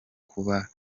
kuba